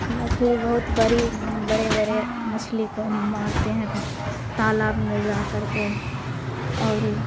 مچھلی بہت بڑی بڑے بڑے مچھلی کو مارتے ہیں تالاب میں جا کر کے اور